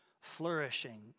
flourishing